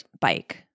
bike